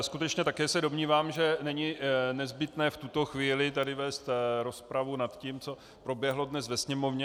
Skutečně se také domnívám, že není nezbytné v tuto chvíli tady vést rozpravu nad tím, co dnes proběhlo ve Sněmovně.